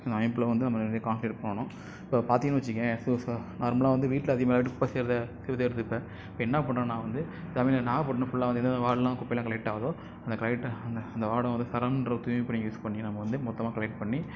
அந்த அமைப்பில் வந்து நம்ம நிறையா கான்சன்ட்ரேட் பண்ணணும் இப்போ பார்த்தீங்கன்னு வச்சிக்கயேன் நார்மலாக வந்து வீட்டில் அதிகமாக வந்து குப்பை சேருது சேருது இப்போ இப்போ என்ன பண்ணணும்னா வந்து இந்த மாதிரி நாகப்பட்டினம் ஃபுல்லா வந்து எந்தெந்த வார்ட்டில் எல்லாம் குப்பயெல்லாம் கலெக்ட் ஆகுதோ அந்த கலெக்ட் அந்த வார்ட்டில் வந்து தரம்கின்ற ஒரு தூய்மை பணியை யூஸ் பண்ணி நம்ம வந்து மொத்தமாக கலெக்ட் பண்ணி